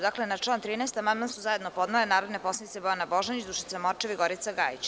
Dakle, na član 13. amandman su zajedno podnele narodne poslanice Bojana Božanić, Dušica Morčev i Gorica Gajić.